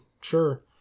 Sure